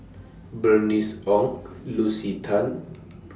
Bernice Ong Lucy Tan